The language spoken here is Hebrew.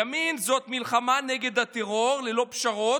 ימין זה מלחמה נגד הטרור ללא פשרות: